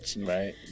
right